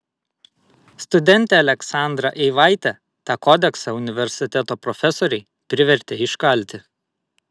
studentę aleksandrą eivaitę tą kodeksą universiteto profesoriai privertė iškalti